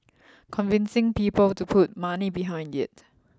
convincing people to put money behind it